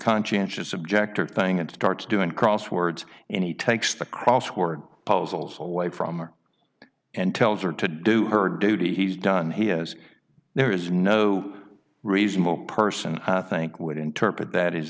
conscientious objector thing and starts doing crosswords and he takes the crossword puzzles away from him and tells her to do her duty he's done he has there is no reasonable person i think would interpret that as